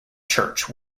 church